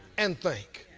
and think.